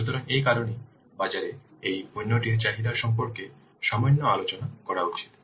সুতরাং এই কারণেই বাজারে এই পণ্যটির চাহিদা সম্পর্কে সামান্য আলোচনা করা উচিত